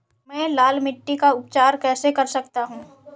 मैं लाल मिट्टी का उपचार कैसे कर सकता हूँ?